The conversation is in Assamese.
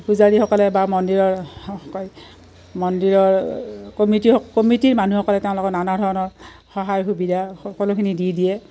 পূজাৰীসকলে বা মন্দিৰৰ মন্দিৰৰ কমিটি কমিটিৰ মানুহসকলে তেওঁলোকৰ নানা ধৰণৰ সহায় সুবিধা সকলোখিনি দি দিয়ে